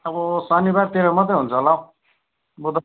अब शनिवारतिर मात्रै हुन्छ होला हौ बुध